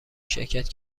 شرکت